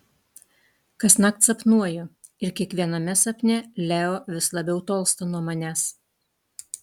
kasnakt sapnuoju ir kiekviename sapne leo vis labiau tolsta nuo manęs